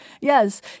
Yes